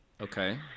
okay